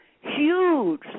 huge